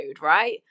right